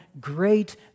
great